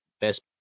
best